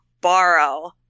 borrow